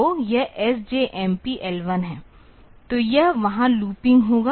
तो यह SJMP L 1 है तो यह वहाँ लूपिंग होगा